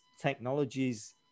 technologies